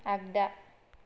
आगदा